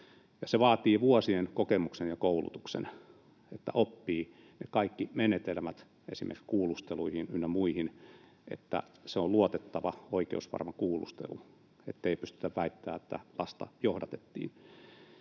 se vaatii vuosien kokemuksen ja koulutuksen, että oppii kaikki menetelmät esimerkiksi kuulusteluihin ynnä muihin, että se on luotettava, oikeusvarma kuulustelu, ettei pystytä väittämään, että lasta johdatettiin.